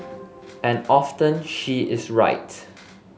and often she is right